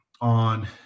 on